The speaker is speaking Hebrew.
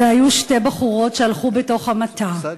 אלה היו שתי בחורות שהלכו בתוך המטע החקלאי.